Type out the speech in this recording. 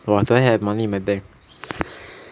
!wah! I don't have money my bank